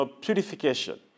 purification